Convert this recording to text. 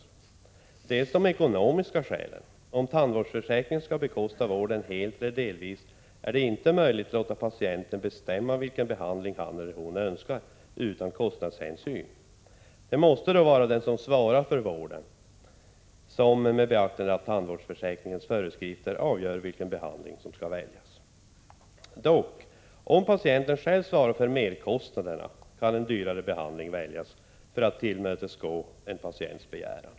Ett annat skäl är det ekonomiska. Om tandvårdsförsäkringen skall bekosta vården helt eller delvis är det inte möjligt att låta patienten bestämma vilken behandling han eller hon önskar utan kostnadshänsyn. Det måste då vara den som svarar för vården som, med beaktande av tandvårdsförsäkringens föreskrifter, avgör vilken behandling som skall väljas. Om patienten själv däremot svarar för merkostnaderna kan en dyrare behandling väljas för att tillmötesgå patientens begäran.